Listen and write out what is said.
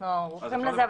אנחנו ערוכים לזה,